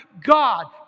God